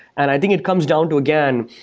and i think it comes down to, again,